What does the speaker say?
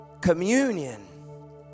communion